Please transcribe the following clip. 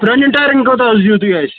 پرٛانٮ۪ن ٹایرَن کوتاہ حظ دِیِو تُہۍ اَسہِ